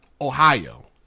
Ohio